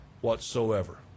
whatsoever